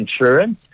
insurance